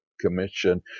commission